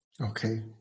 Okay